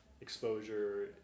exposure